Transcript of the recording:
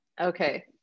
Okay